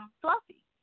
fluffy